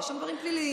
יש שם דברים פליליים,